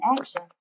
action